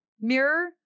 mirror